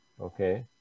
Okay